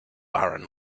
barren